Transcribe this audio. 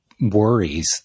worries